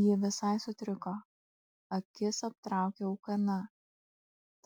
ji visai sutriko akis aptraukė ūkana